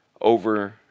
over